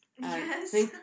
Yes